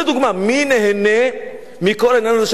מי נהנה מכל העניין הזה של המסתננים?